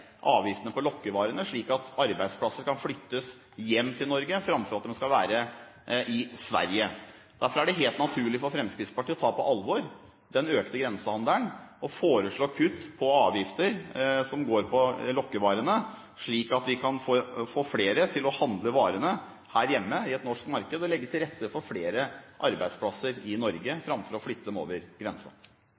avgiftene på lokkevarene, slik at arbeidsplasser kan flyttes hjem til Norge, framfor at de skal være i Sverige. Derfor er det helt naturlig for Fremskrittspartiet å ta på alvor den økte grensehandelen og foreslå kutt i avgifter som går på lokkevarene, slik at vi kan få flere til å handle varene her hjemme, i et norsk marked, og legge til rette for flere arbeidsplasser i Norge, framfor å flytte dem over